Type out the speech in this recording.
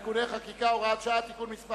(תיקוני חקיקה) (הוראות שעה) (תיקון מס'